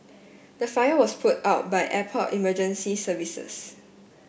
the fire was put out by airport emergency services